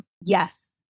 Yes